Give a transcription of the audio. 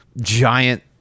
giant